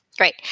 Great